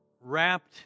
wrapped